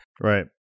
Right